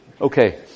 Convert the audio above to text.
Okay